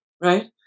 Right